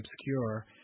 obscure